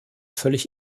völlig